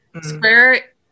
square